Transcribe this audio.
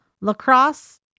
lacrosse